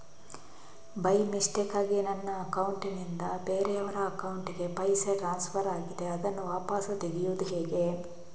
By ಮಿಸ್ಟೇಕಾಗಿ ನನ್ನ account ನಿಂದ ಬೇರೆಯವರ ಅಕೌಂಟ್ ಗೆ ಪೈಸೆ ಟ್ರಾನ್ಸ್ಫರ್ ಆಗಿದೆ ಅದನ್ನು ವಾಪಸ್ ತೆಗೆಯೂದು ಹೇಗೆ?